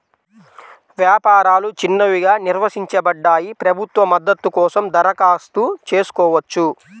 వ్యాపారాలు చిన్నవిగా నిర్వచించబడ్డాయి, ప్రభుత్వ మద్దతు కోసం దరఖాస్తు చేసుకోవచ్చు